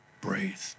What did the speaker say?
breathe